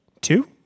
two